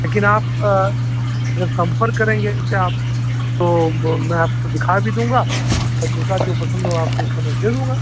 लेकिन आप अगर संपर्क करेंगे हमसे आप तो वह मैं आपको दिखा भी दूँगा और जूता जो पसंद होगा उस समय मैं आपको दे दूँगा